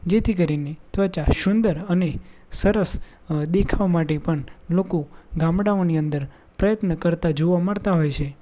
જેથી કરીને ત્વચા સુંદર અને સરસ દેખાવ માટે પણ લોકો ગામડાઓની અંદર પ્રયત્નો કરતા જોવા મળતા હોય છે